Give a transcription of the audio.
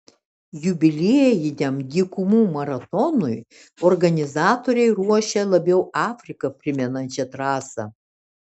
jubiliejiniam dykumų maratonui organizatoriai ruošia labiau afriką primenančią trasą